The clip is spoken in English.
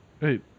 Hey